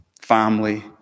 family